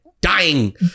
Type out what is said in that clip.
dying